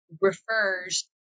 refers